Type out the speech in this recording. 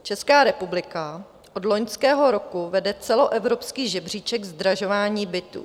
Česká republika od loňského roku vede celoevropský žebříček zdražování bytů.